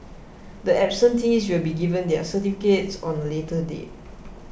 the absentees will be given their certificates on a later date